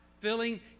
filling